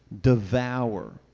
devour